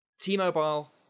T-Mobile